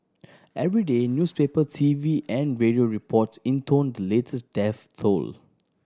every day newspaper T V and radio reports intoned the latest death though